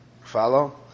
Follow